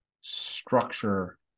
structure